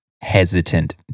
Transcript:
hesitant